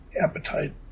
appetite